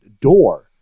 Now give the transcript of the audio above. door